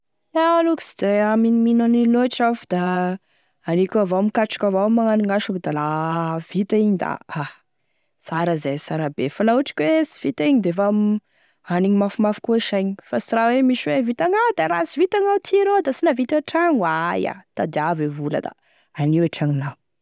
Iaho aloha ka sy de minomino an'io loatry fa da aniko avao mikatroky avao gn'asako da la vita igny da a tsara zay sara be fa la ohatry ka hoe sy vita zay defa anigny mafimafy koa saigny fa sy raha hoe misy hoe vitanao da misy raha sy vitanao ty rô da sy nahavita trano, aia tadiavo e vola da anio e tragnonao.